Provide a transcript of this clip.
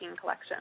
collection